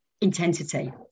intensity